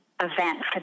event